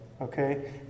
okay